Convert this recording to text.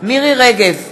מירי רגב,